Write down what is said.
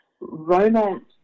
romance